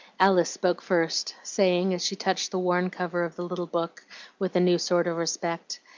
alice spoke first, saying, as she touched the worn cover of the little book with a new sort of respect,